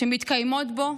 שמתקיימות בו,